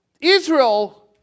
Israel